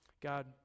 God